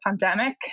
pandemic